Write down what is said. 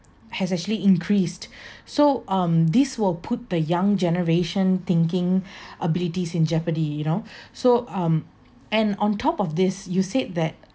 has actually increased so um this will put the young generation thinking abilities in jeopardy you know so um and on top of this you said that